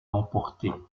emporter